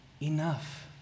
Enough